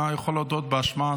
אתה יכול להודות באשמה,